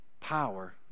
power